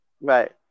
Right